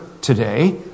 today